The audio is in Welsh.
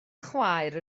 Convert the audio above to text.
chwaer